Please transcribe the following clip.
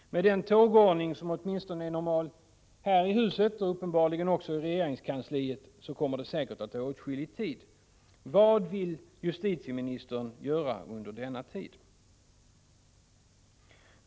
Med den tågordning som är normal åtminstone här i huset och uppenbarligen i regeringskansliet så kommer det säkert att ta åtskillig tid. Vad vill justitieministern göra under denna tid?